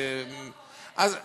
אתה אומר